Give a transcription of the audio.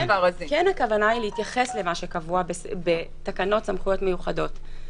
הכוונה היא כן להתייחס למה שקבוע בתקנות סמכויות מיוחדות.